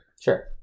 Sure